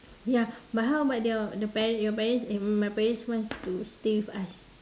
ya but how about your the parents your parents and my parents wants to stay with us